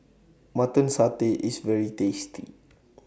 Mutton Satay IS very tasty